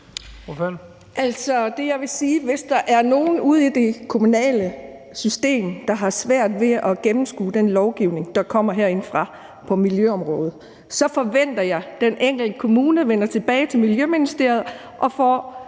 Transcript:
Hvis der er nogen ude i det kommunale system, der har svært ved at gennemskue den lovgivning, der kommer herindefra på miljøområdet, så forventer jeg, at den enkelte kommune vender tilbage til Miljøministeriet og får